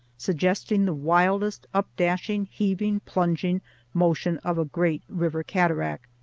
suggesting the wildest updashing, heaving, plunging motion of a great river cataract.